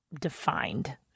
defined